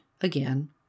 again